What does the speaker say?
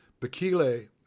Bakile